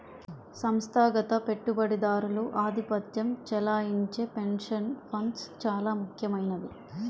సంస్థాగత పెట్టుబడిదారులు ఆధిపత్యం చెలాయించే పెన్షన్ ఫండ్స్ చాలా ముఖ్యమైనవి